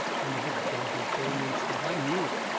i never doubted for an instant. i knew it,